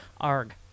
Arg